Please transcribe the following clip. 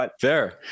Fair